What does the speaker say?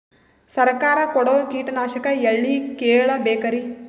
ಸರಕಾರ ಕೊಡೋ ಕೀಟನಾಶಕ ಎಳ್ಳಿ ಕೇಳ ಬೇಕರಿ?